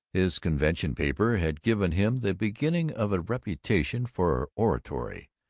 his convention paper had given him the beginning of a reputation for oratory,